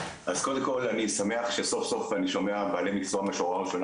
אז קודם כל אני שמח שסוף סוף אני שומע בעלי מקצוע מהשורה הראשונה